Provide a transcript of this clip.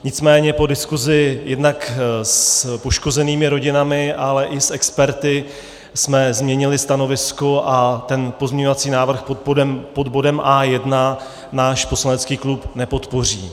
Nicméně po diskuzi jednak s poškozenými rodinami, ale i s experty jsme změnili stanovisko a ten pozměňovací návrh pod bodem A1 náš poslanecký klub nepodpoří.